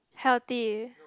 healthy